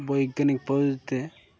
বৈজ্ঞানিক পদ্ধতে